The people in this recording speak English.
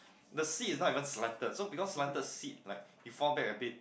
the seat is not even slanted so because slanted seat like you fall back abit